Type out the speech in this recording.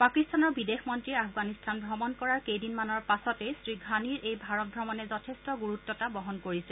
পাকিস্তানৰ বিদেশ মন্নীয়ে আফগানিস্তান ত্ৰমণ কৰাৰ কেইদিনমানৰ পাছতেই শ্ৰীঘানিৰ এই ভাৰত ভ্ৰমণে যথেষ্ট গুৰুত্বতা বহন কৰিছে